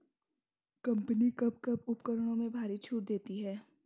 Company कब कब उपकरणों में भारी छूट देती हैं?